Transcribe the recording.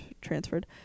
transferred